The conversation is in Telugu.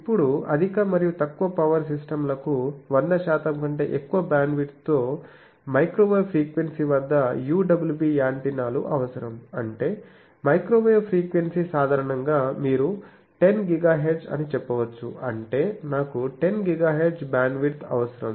ఇప్పుడు అధిక మరియు తక్కువ పవర్ సిస్టం లకు 100 శాతం కంటే ఎక్కువ బ్యాండ్విడ్త్తో మైక్రోవేవ్ ఫ్రీక్వెన్సీ వద్ద UWB యాంటెన్నాలు అవసరం అంటే మైక్రోవేవ్ ఫ్రీక్వెన్సీ సాధారణంగా మీరు 10GHz అని చెప్పవచ్చు అంటే నాకు 10GHz బ్యాండ్విడ్త్ అవసరం